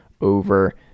over